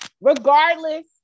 regardless